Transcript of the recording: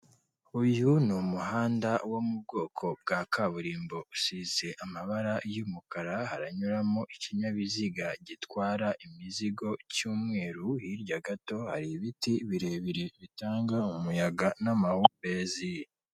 Uyu ni umuhanda wo mu bwoko bwa kaburimbo usize amabara y'umukara haranyuramo ikinyabiziga gitwara imizigo cy'umweru, hirya gato hari ibiti birebire bitanga umuyaga n'amahumbezi.